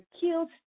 killed